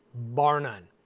bar none.